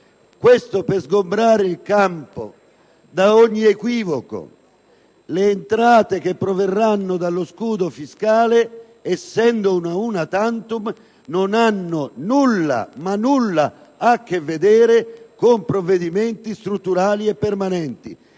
Questo per sgombrare il campo da ogni equivoco. Le entrate che deriveranno dello scudo fiscale, essendo *una tantum*, non hanno nulla, ma nulla a che vedere con provvedimenti strutturali e permanenti.